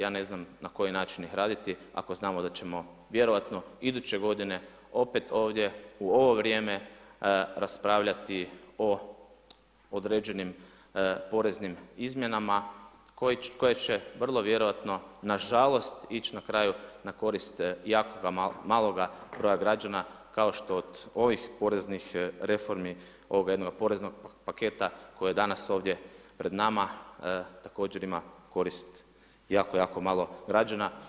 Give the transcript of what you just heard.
Ja ne znam na koji način ih raditi ako znamo da ćemo, vjerojatno, iduće godine, opet ovdje u ovo vrijeme raspravljati o određenim poreznim izmjenama koje će vrlo vjerojatno, nažalost, ići na kraju na korist jako maloga broja građana, kao što od ovih poreznih reformi, od ovoga jednoga poreznog paketa koji je danas ovdje pred nama, također ima korist jako jako malo građana.